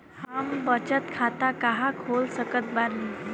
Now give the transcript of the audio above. हम बचत खाता कहां खोल सकत बानी?